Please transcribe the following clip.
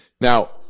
Now